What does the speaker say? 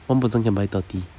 one person can buy thirty